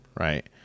Right